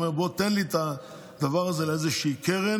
הוא אומר: תן לי את הדבר הזה לאיזושהי קרן.